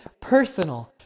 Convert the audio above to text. personal